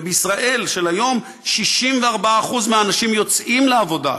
ובישראל של היום 64% מהאנשים יוצאים לעבודה,